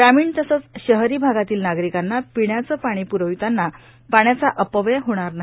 ग्रामीण तसंच शहरी भागातील नागरिकांना पिण्याचे पाणी प्रविताना पाण्याचा अपव्यय होणार नाही